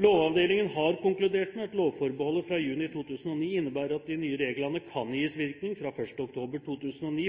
Lovavdelingen har konkludert med at lovforbeholdet fra juni 2009 innebærer at de nye reglene kan gis virkning fra 1. oktober 2009